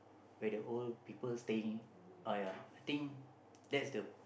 where the old people staying uh ya think that's the